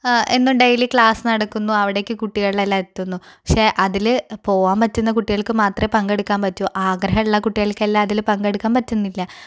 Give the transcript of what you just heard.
എന്നും daily class നടക്കുന്നു അവിടേക്ക് കുട്ടികളെല്ലാം എത്തുന്നു പക്ഷേ അതിൽ പോവാൻ പറ്റുന്ന കുട്ടികൾക്കു മാത്രമേ പങ്കെടുക്കാൻ പറ്റു ആഗ്രഹമുള്ള കുട്ടികൾക്കെല്ലാം അതിൽ പങ്കെടുക്കാൻ പറ്റുന്നില്ല